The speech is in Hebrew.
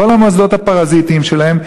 את כל המוסדות הפרזיטיים שלהם.